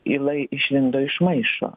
yla išlindo iš maišo